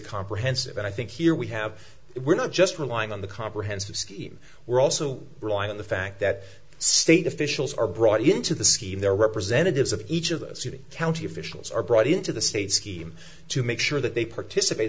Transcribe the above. comprehensive and i think here we have it we're not just relying on the comprehensive scheme we're also rely on the fact that state officials are brought into the scheme their representatives of each of the city county officials are brought into the state scheme to make sure that they participate